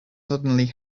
suddenly